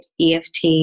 EFT